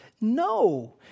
no